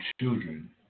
children